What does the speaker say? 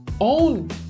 own